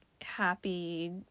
happy